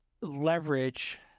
leverage